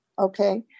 Okay